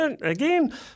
again